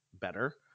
better